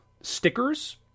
Stickers